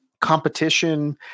competition